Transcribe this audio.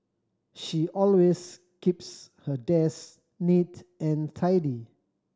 she always keeps her desk neat and tidy